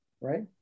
right